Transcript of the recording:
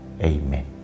Amen